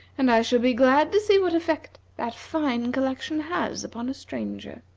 and i shall be glad to see what effect that fine collection has upon a stranger.